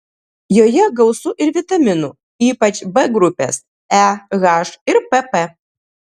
joje gausu ir vitaminų ypač b grupės e h ir pp